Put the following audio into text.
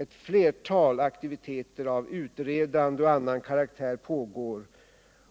Ett flertal aktiviteter av utredande och annan karaktär pågår,